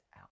out